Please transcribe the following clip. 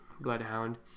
bloodhound